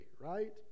right